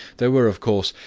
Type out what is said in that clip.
there were, of course,